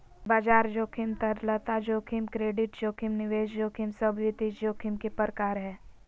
बाजार जोखिम, तरलता जोखिम, क्रेडिट जोखिम, निवेश जोखिम सब वित्तीय जोखिम के प्रकार हय